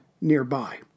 nearby